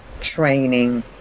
training